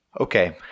Okay